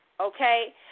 Okay